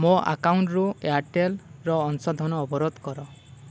ମୋ ଆକାଉଣ୍ଟରୁ ଏୟାର୍ଟେଲ୍ର ଅଂଶଧନ ଅବରୋଧ କର